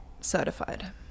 certified